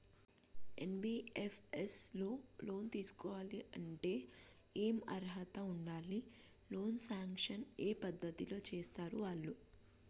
NBFS లో loan తీస్కోవాలంటే ఏం అర్హత ఉండాలి? లోన్ సాంక్షన్ ఏ పద్ధతి లో చేస్తరు వాళ్లు?